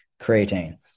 creatine